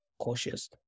cautious